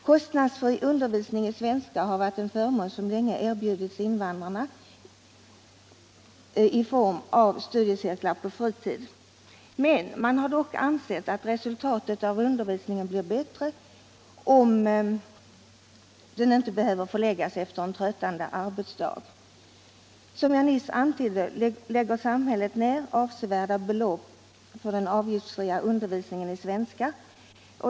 Kostnadsfri undervisning i svenska har varit en förmån som länge erbjudits invandrarna i form av studiecirklar på fritid. Man har dock ansett att resultatet av undervisningen blir bättre, om den inte behöver förläggas efter en tröttande arbetsdag. Som jag nyss antydde lägger samhället ned avsevärda belopp för den avgiftsfria undervisningen i svenska.